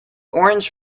orange